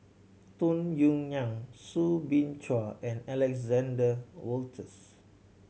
Tung Yue Nang Soo Bin Chua and Alexander Wolters